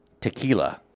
tequila